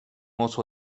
oso